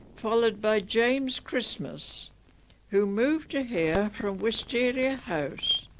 followed by james christmas who moved to here from wisteria house.